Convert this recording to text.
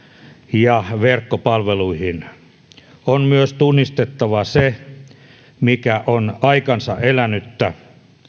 ja verkkopalveluihin on myös tunnistettava se mikä on aikansa elänyttä